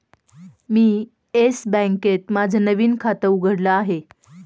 मी Yes बँकेत माझं नवीन खातं उघडलं आहे